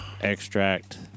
extract